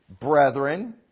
brethren